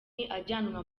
ajyanwa